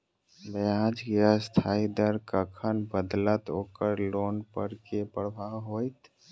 ब्याज केँ अस्थायी दर कखन बदलत ओकर लोन पर की प्रभाव होइत?